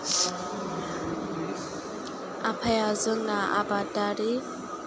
आफाया जोंना आबादारि